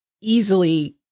easily